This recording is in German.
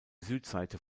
südseite